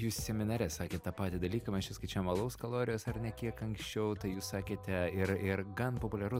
jūs seminare sakėt tą patį dalyką mes čia skaičiavom alaus kalorijas ar ne kiek anksčiau tai jūs sakėte ir ir gan populiaru